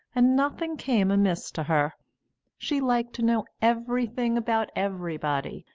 and nothing came amiss to her she liked to know everything about everybody,